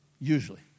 Usually